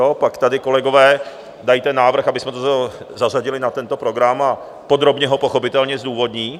Pak tady kolegové dají ten návrh, abychom ho zařadili na tento program, a podrobně ho pochopitelně zdůvodní.